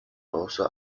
also